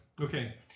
Okay